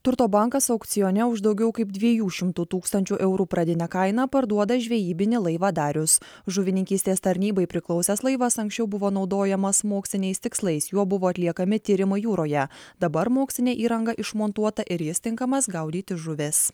turto bankas aukcione už daugiau kaip dviejų šimtų tūkstančių eurų pradinę kainą parduoda žvejybinį laivą darius žuvininkystės tarnybai priklausęs laivas anksčiau buvo naudojamas moksliniais tikslais juo buvo atliekami tyrimai jūroje dabar mokslinė įranga išmontuota ir jis tinkamas gaudyti žuvis